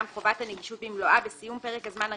חובת הנגישות במלואה בסיום פרק הזמן השני.